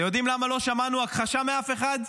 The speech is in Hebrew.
אתם יודעים למה לא שמענו הכחשה מאף אחד?